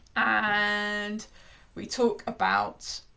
and we talk about.